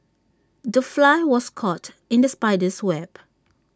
the fly was caught in the spider's web